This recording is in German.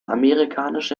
amerikanische